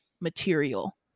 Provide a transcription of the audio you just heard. material